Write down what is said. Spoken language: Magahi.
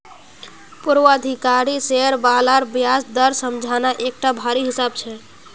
पूर्वाधिकारी शेयर बालार ब्याज दर समझना एकटा भारी हिसाब छै